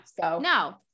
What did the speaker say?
No